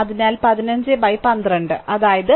അതിനാൽ 1512 അതായത് 1